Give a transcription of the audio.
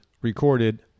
recorded